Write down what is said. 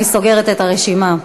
אני סוגרת את הרשימה.